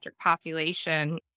population